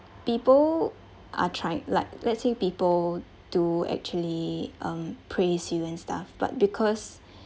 people are trying like let's say people do actually um praise you and stuff but because